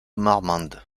marmande